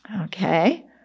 Okay